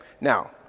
Now